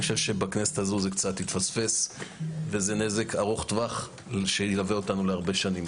בכנסת הזאת זה קצת התפספס וזה נזק ארוך טווח שילווה אותנו הרבה שנים,